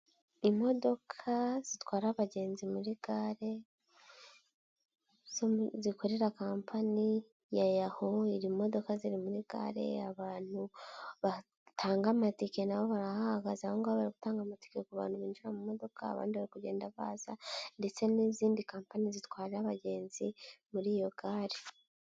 Imodoka zitwara abagenzi muri gare zikorera kampani ya Yaho iri modoka ziri muri gare abantu batanga amatike nabo barahagaze aho ngaho bari gutanga amatike ku bantu binjira mu modoka abandi bari kugenda baza ndetse n'izindi kampani zitwara abagenzi muri iyo gare.